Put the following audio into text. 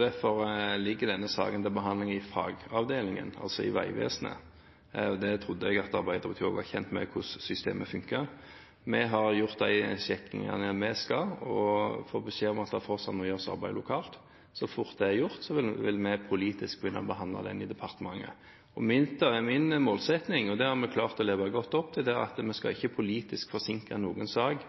Derfor ligger denne saken til behandling i fagavdelingen i Vegvesenet. Jeg trodde også Arbeiderpartiet var kjent med hvordan systemet fungerte. Vi har gjort de sjekkingene vi skal, og har fått beskjed om at det fortsatt må gjøres arbeid lokalt. Så fort det er gjort, vil vi politisk begynne å behandle saken i departementet. Min målsetting – og det har vi klart å leve godt opp til – er at vi ikke politisk skal forsinke noen sak